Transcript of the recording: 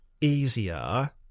easier